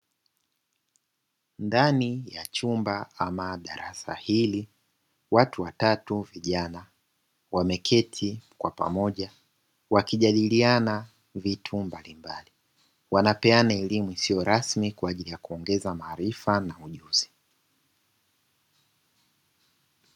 Ndani ya chumba ama darasa hili watu watatu vijana wameketi kwa pamoja wakijadiliana vitu mbalimbali. Wanapeana elimu isiyo rasmi kwaajili ya kuongeza maarifa na ujuzi